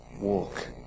walk